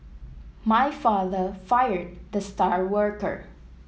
my father fired the star worker